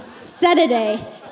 Saturday